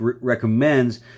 recommends